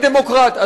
אני דמוקרט.